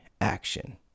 action